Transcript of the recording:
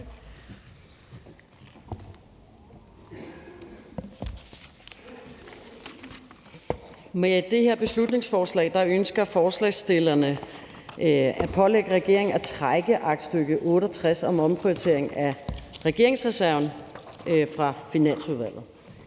Med det her beslutningsforslag ønsker forslagsstillerne at pålægge regeringen at trække aktstykke 68 om omprioritering af regeringsreserven fra Finansudvalget